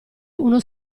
uno